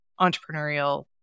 entrepreneurial